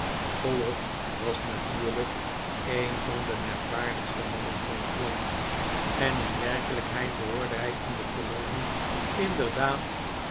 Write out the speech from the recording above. chollop was natuurlijk een van de merkwaardigste mannen van het land en in werkelijkheid behoorde hij in de kolonie